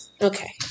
Okay